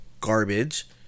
garbage